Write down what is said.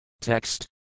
Text